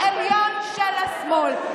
העליון של השמאל.